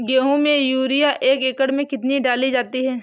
गेहूँ में यूरिया एक एकड़ में कितनी डाली जाती है?